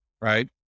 right